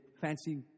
fancy